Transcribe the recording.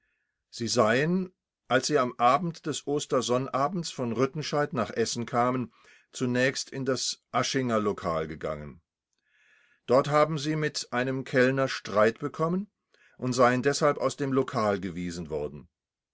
sie seien als sie am abend des ostersonnabends von rüttenscheid nach essen kamen zunächst in das aschinger lokal gegangen dort haben sie mit einem kellner streit bekommen und seien deshalb aus dem lokal gewiesen worden